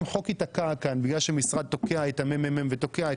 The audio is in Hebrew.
אם חוק ייתקע כאן בגלל שמשרד תוקע את המ.מ.מ ותוקע את